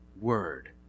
Word